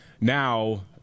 now